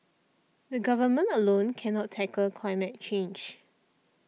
the Government alone cannot tackle climate change